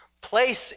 place